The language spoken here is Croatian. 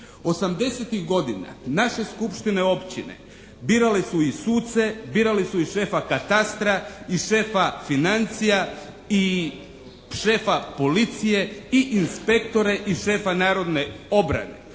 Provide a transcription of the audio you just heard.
godina naše skupštine općine birale su i suce, birale su i šefa katastra i šefa financija i šefa policije i inspektore i šefa narodne obrane.